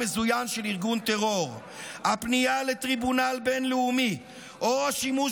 מזוין של ארגון טרור"; "הפנייה לטריבונל בין-לאומי או השימוש